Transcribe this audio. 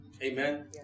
Amen